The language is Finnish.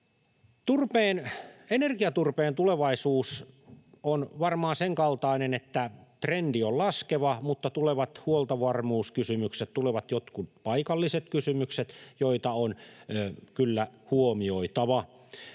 Energiaturpeen tulevaisuus on varmaan sen kaltainen, että trendi on laskeva, mutta tulevat huoltovarmuuskysymykset, tulevat jotkut paikalliset kysymykset on kyllä huomioitava.